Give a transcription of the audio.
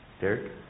Derek